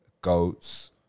goats